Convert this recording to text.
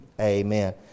Amen